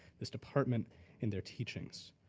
this department and their teachings.